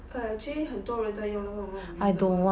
err actually 很多人都在用那种那种 reusable